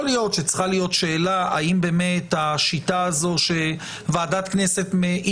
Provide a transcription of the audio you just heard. יכול להיות שצריכה להיות שאלה האם באמת השיטה הזו שוועדת כנסת היא